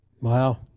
Wow